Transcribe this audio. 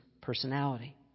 personality